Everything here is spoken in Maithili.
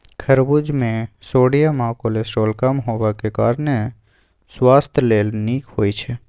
खरबुज मे सोडियम आ कोलेस्ट्रॉल कम हेबाक कारणेँ सुआस्थ लेल नीक होइ छै